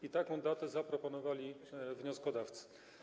I taką datę zaproponowali wnioskodawcy.